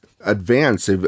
advanced